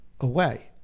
away